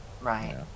Right